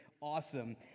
awesome